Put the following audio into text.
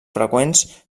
freqüents